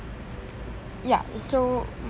ya so